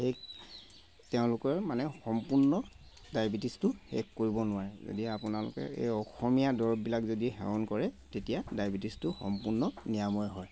তেওঁলোকৰ মানে সম্পূৰ্ণ ডায়বেটিছটো শেষ কৰিব নোৱাৰে যদি আপোনালোকে এই অসমীয়া দৰববিলাক যদি সেৱণ কৰে তেতিয়া ডায়েবেটিছটো সম্পূৰ্ণ নিৰাময় হয়